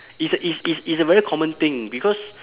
it's a it's it's a very common thing because